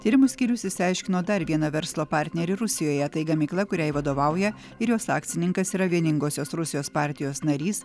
tyrimų skyrius išsiaiškino dar vieną verslo partnerį rusijoje tai gamykla kuriai vadovauja ir jos akcininkas yra vieningosios rusijos partijos narys